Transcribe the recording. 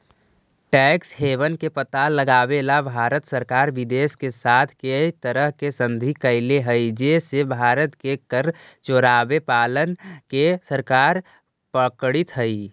tax haven के पता लगावेला भारत सरकार विदेश के साथ कै तरह के संधि कैले हई जे से भारत के कर चोरावे वालन के सरकार पकड़ित हई